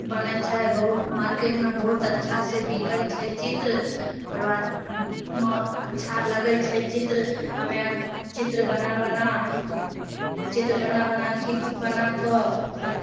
बनै छै बहुत मार्केटमे बहुत अच्छासँ बिकै छै चित्र ओकर बादमे अच्छा लगै छै चित्र हमे आर चित्र बना बना चित्र बना बनाके बनाकऽ म